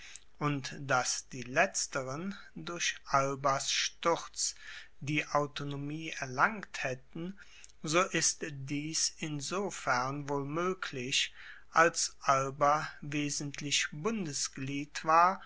und dass die letzteren durch albas sturz die autonomie erlangt haetten so ist dies insofern wohl moeglich als alba wesentlich bundesglied war